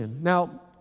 Now